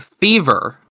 Fever